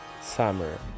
summer